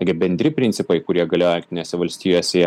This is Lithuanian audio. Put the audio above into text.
tokie bendri principai kurie galioja jungtinėse valstijose